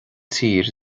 tír